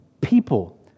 people